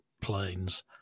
planes